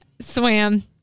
swam